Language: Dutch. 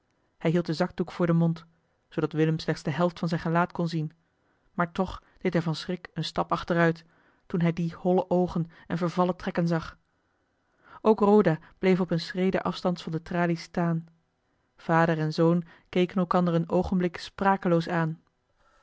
hij hield den zakdoek voor den mond zoodat willem slechts de helft van zijn gelaat kon zien maar toch deed hij van schrik een stap achteruit toen hij die holle oogen en vervallen trekken zag ook roda bleef op eene schrede afstands van de tralies staan vader en zoon keken elkander een oogenblik sprakeloos aan